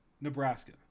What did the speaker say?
nebraska